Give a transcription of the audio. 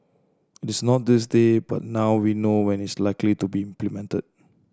it is not this day but now we know when it's likely to be implemented